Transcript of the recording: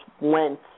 went